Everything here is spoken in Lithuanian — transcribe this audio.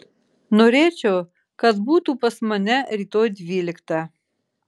norėčiau kad būtų pas mane rytoj dvyliktą